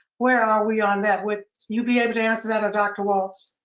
where are we on that? would you be able to answer that, or dr. walts?